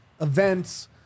events